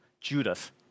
Judas